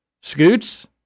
Scoots